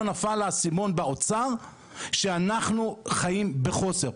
לא נפל האסימון באוצר שאנחנו חיים בחוסר,